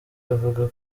avuga